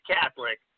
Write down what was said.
Catholic